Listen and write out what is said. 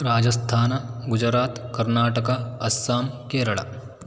Rajasthan Gujarat Karnataka Assam Kerala